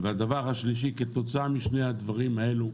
הדבר השלישי הוא כתוצאה משני הדברים האלה.